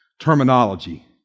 terminology